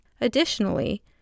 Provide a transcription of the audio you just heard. Additionally